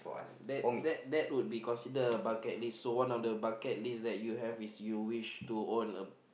then that that would be considered a bucket list so one of your bucket list that you have is you wish to own a